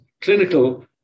clinical